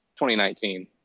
2019